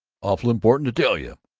awful important to tell you!